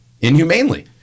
inhumanely